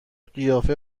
قیافه